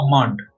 command